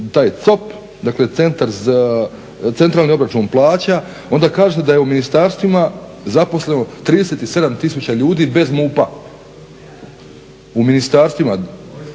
taj COP, dakle centralni obračun plaća, onda kažete da je u ministarstvima zaposleno 37 tisuća ljudi bez MUP-a, u ministarstvima